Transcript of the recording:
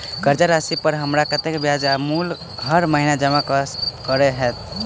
कर्जा राशि पर हमरा कत्तेक ब्याज आ मूल हर महीने जमा करऽ कऽ हेतै?